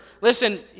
listen